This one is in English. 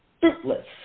fruitless